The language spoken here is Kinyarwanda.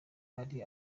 ari